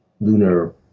lunar